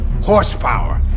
horsepower